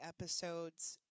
episodes